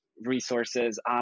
resources